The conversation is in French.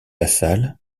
lassalle